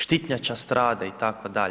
Štitnjača strada itd.